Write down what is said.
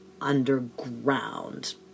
underground